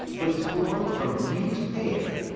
but is formed from fused hair,